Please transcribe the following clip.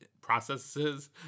processes